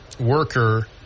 worker